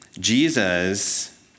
Jesus